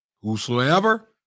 whosoever